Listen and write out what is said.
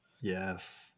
Yes